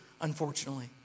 unfortunately